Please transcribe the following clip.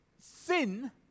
sin